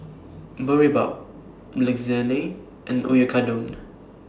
Boribap Lasagne and Oyakodon